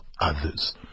others